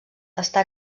està